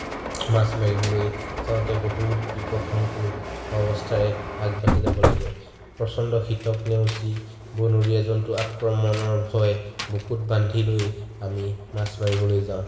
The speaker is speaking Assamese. মাছ মাৰিবলৈ যাওঁতে বহুত বিপদসংকুল অৱস্থাৰে আগবাঢ়ি যাব লাগে প্ৰচণ্ড শীতক নেওচি বনৰীয়া জন্তু আক্ৰমণৰ ভয় বুকুত বান্ধি লৈ আমি মাছ মাৰিবলৈ যাওঁ